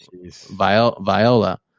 Viola